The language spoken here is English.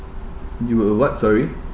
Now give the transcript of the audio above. you were what sorry